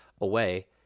away